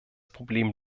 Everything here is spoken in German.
problem